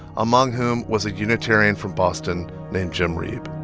among whom was a unitarian from boston named jim reeb